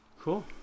cool